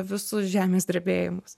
visus žemės drebėjimus